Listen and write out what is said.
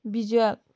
visual